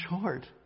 short